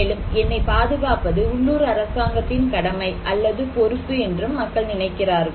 மேலும் என்னைப் பாதுகாப்பது உள்ளூர் அரசாங்கத்தின் கடமை அல்லது பொறுப்பு என்றும் மக்கள் நினைக்கிறார்கள்